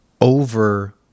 over